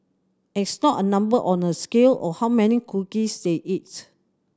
it's not a number on a scale or how many cookies they eat